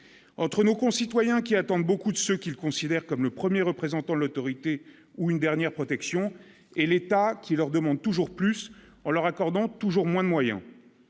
entre nos concitoyens qui attendent beaucoup de ce qu'il considère comme le 1er représentant l'autorité ou une dernière protection et l'État qui leur demande toujours plus, en leur accordant toujours moins de moyens,